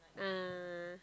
ah